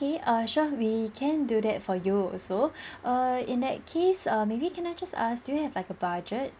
~kay err sure we can do that for you also err in that case err maybe can I just ask do you have like a budget